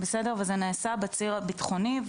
וזה נעשה בציר הביטחוני,